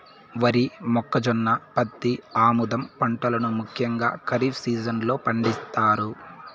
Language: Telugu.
వరి, మొక్కజొన్న, పత్తి, ఆముదం పంటలను ముఖ్యంగా ఖరీఫ్ సీజన్ లో పండిత్తారు